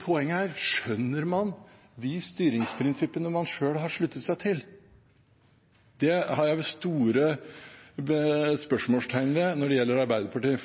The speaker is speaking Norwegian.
Poenget her er: Skjønner man de styringsprinsippene man selv har sluttet seg til? Det setter jeg store spørsmålstegn ved når det gjelder Arbeiderpartiet,